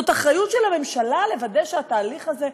זאת אחריות של הממשלה לוודא שהתהליך הזה,